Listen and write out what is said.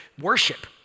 worship